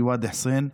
ואדי חוסין,